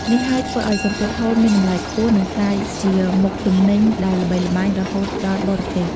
នេះហើយធ្វើឲ្យសំពត់ហូលមានតម្លៃខ្ពស់ និងក្លាយជាមុខទំនិញដែលល្បីល្បាញរហូតដល់បរទេស។